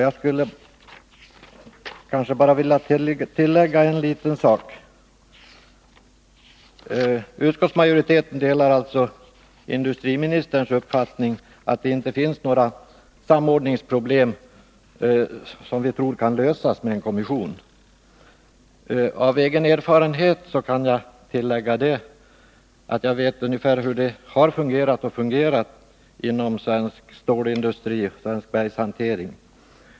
Jag vill bara tillägga en sak: Utskottsmajoriteten delar alltså industriministerns uppfattning att det inte finns några samordningsproblem som kan lösas genom tillsättandet av en kommission. Av egen erfarenhet kan jag tillägga att jag vet ungefär hur det har fungerat — och hur det fungerar — inom svensk stålindustri och svensk bergshantering.